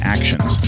Actions